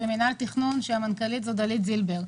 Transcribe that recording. מינהל התכנון שהמנכ"לית שלו היא דלית זילבר.